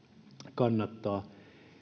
kannattaa